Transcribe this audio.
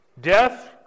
Death